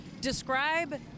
describe